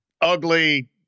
ugly